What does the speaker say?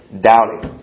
doubting